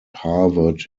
harvard